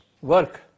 work